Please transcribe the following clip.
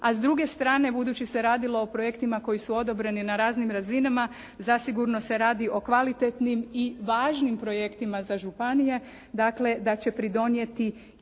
a s druge strane budući se radilo o projektima koji su odobreni na raznim razinama zasigurno se radi o kvalitetnim i važnim projektima za županije dakle da će pridonijeti